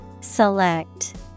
Select